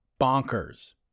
bonkers